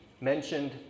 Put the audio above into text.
mentioned